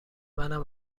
منم